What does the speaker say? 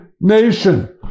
nation